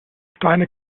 deine